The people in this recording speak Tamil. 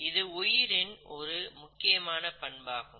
இது உயிரின் ஒரு முக்கியமான பண்பாகும்